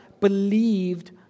believed